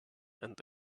and